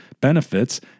benefits